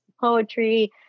poetry